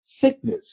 Sickness